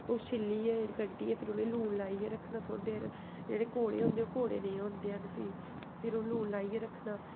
ओह् छिल्लियै कड्ढियै फिर उ'नें गी लून लाइयै रक्खना थोह्ड़ी देर जेह्ड़े कौड़े होंदे ओह् कौड़े नेईं होंदे हैन फ्ही फिर ओह् लून लाइयै रक्खना